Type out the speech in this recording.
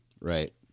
Right